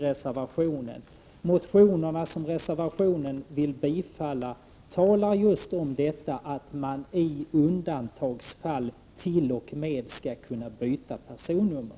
De motioner som reservationen vill bifalla talar just om att man i undantagsfall skall kunna byta personnummer.